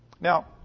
Now